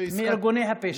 מארגוני הפשע.